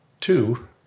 two